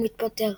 הוא מתפטר.